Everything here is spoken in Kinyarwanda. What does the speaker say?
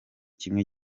kimwe